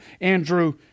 Andrew